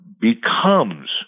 becomes